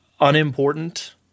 unimportant